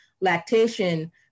lactation